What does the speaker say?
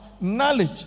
Knowledge